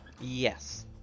Yes